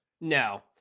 No